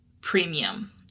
premium